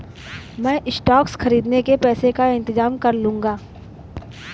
मैं स्टॉक्स खरीदने के पैसों का इंतजाम कर लूंगा